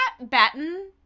batten